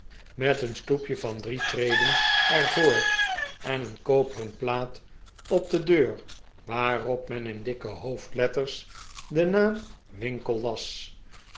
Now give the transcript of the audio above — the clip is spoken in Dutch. met een stoepje van drie treden er voor en een koperen plaat op de deur waarop men in dikke hoofdletters den naam winkle las